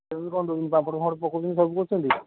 କେମିତି କ'ଣ ଦେଉଛନ୍ତି ପାମ୍ପଡ଼ ଫାମ୍ପଡ଼ ପକାଉଛନ୍ତି ସବୁ କରୁଛନ୍ତି